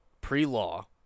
pre-law